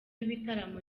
ibitaramo